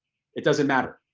it doesn't matter.